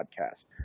podcast